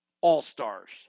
all-stars